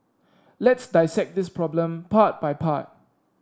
let's dissect this problem part by part